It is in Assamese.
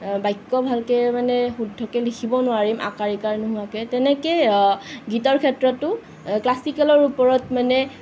বাক্য ভালকৈ মানে শুদ্ধকৈ লিখিব নোৱাৰিম আ কাৰ ই কাৰ নোহোৱাকৈ তেনেকৈ গীতৰ ক্ষেত্ৰতো ক্লাছিকেলৰ ওপৰত মানে